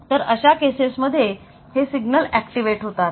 तर अशा केसेस मध्ये हे सिग्नल ऍक्टिव्हेट होतात